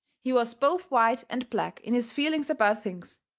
he was both white and black in his feelings about things,